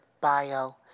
bio